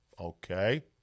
Okay